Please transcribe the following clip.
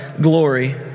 glory